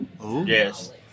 Yes